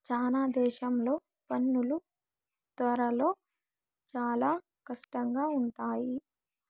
చాలా దేశాల్లో పనులు త్వరలో చాలా కష్టంగా ఉంటాయి